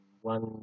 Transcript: one